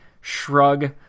shrug